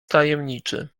tajemniczy